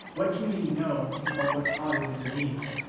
what can we know about what causes a disease?